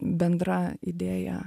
bendra idėja